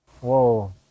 Whoa